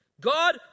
God